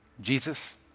Jesus